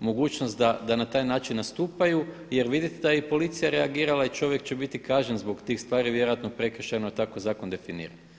mogućnost da na taj način nastupaju jer vidite da je i policija reagirala i čovjek će biti kažnjen zbog tih stvari vjerojatno prekršajno jer tako zakon definira.